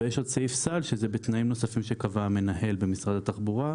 ויש עוד סעיף סל שזה בתנאים נוספים שקבע המנהל במשרד התחבורה,